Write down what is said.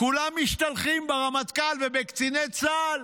כולם משתלחים ברמטכ"ל ובקציני צה"ל